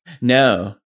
no